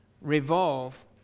revolve